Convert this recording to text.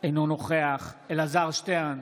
אינו נוכח אלעזר שטרן,